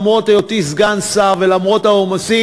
למרות היותי סגן שר ולמרות העומס.